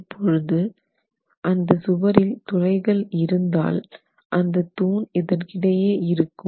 இப்பொழுது அந்த சுவரில் துளைகள் இருந்தால் அந்த தூண் இதற்கிடையே இருக்கும்